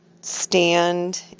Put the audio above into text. stand